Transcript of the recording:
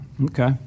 Okay